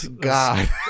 God